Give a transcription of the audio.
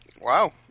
Wow